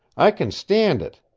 i kin stand it.